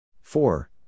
Four